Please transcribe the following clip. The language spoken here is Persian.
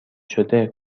شده